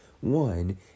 One